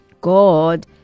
God